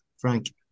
Frank